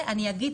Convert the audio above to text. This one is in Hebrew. אני אגיד